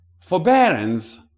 forbearance